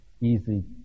easy